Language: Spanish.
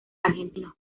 argentinos